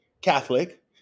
Catholic